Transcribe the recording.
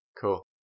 Cool